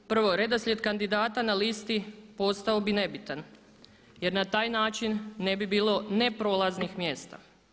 Prvo redoslijed kandidata na listi postao bi nebitan jer na taj način ne bi bilo neprolaznih mjesta.